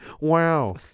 Wow